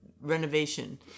renovation